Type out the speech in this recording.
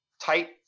tight